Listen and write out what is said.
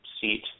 seat